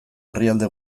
herrialde